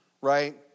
right